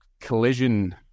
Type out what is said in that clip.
collision